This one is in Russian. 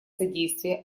содействие